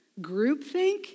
Groupthink